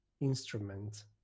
instrument